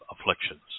afflictions